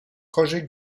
roger